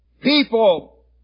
people